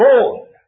born